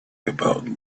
about